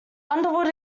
underwood